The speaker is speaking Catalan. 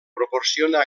proporciona